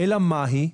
אלא מהי?